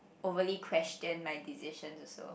overly question my decisions also